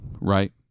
right